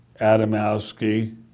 Adamowski